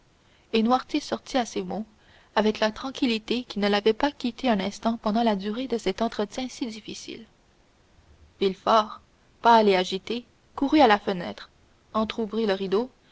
et noirtier sortit à ces mots avec la tranquillité qui ne l'avait pas quitté un instant pendant la durée de cet entretien si difficile villefort pâle et agité courut à la fenêtre entrouvrit le rideau